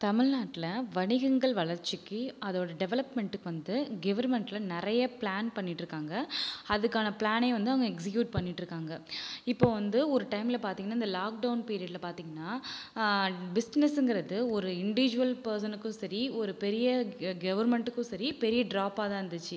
தமிழ்நாட்டில் வணிகங்கள் வளர்ச்சிக்கு அதோட டெவலப்மென்ட்டுக்கு வந்து கவுர்மென்ட்ல நிறைய ப்ளான் பண்ணிட்டுருக்காங்க அதற்கான ப்ளானையும் அவங்க எக்ஸிக்யூட் பண்ணிட்டுருக்காங்க இப்போ வந்து ஒரு டைம்மில் பார்த்தீங்கனா இந்த லாக் டவுன் பீரியட்டில் பார்த்தீங்கனா பிஸ்னஸ்ங்கிறது ஒரு இன்டீஜுவல் பர்சனுக்கும் சரி ஒரு பெரிய கெ கவுர்மென்ட்க்கும் சரி பெரிய டிராப்பாக தான் இருந்துச்சு